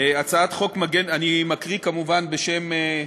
אני מקריא כמובן בשם,